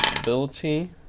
ability